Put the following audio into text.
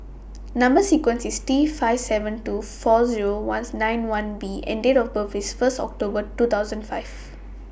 Number sequence IS T five seven two four Zero Ones nine B and Date of birth IS First October two thousand five